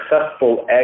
successful